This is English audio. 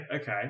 okay